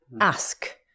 ask